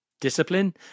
discipline